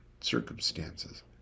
circumstances